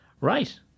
Right